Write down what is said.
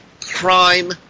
crime